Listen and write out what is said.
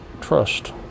trust